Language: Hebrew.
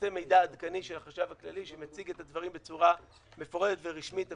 מידע עדכני של החשב הכללי שמציג את הדברים בצורה מפורטת ורשמית.